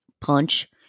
punch